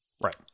Right